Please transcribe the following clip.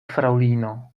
fraŭlino